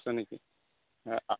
আছে নেকি